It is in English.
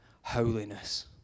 holiness